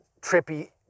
trippy